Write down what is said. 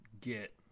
get –